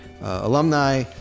alumni